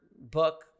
book